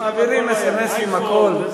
מעבירים אס.אם.אסים, הכול.